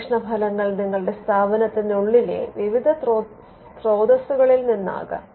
ഗവേഷണ ഫലങ്ങൾ നിങ്ങളുടെ സ്ഥാപനത്തിനുള്ളിലെ വിവിധ സ്രോതസ്സുകളിൽ നിന്നാകാം